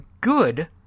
good